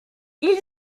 ils